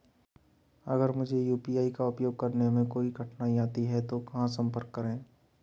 अगर मुझे यू.पी.आई का उपयोग करने में कोई कठिनाई आती है तो कहां संपर्क करें?